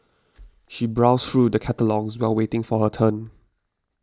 she browsed through the catalogues while waiting for her turn